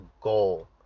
goal